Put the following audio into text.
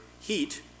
heat